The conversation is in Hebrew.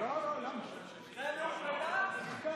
לא, לא.